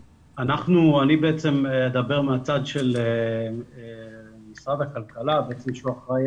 אני בעצם אדבר מהצד של משרד הכלכלה וכפי שהוא אחראי